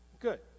good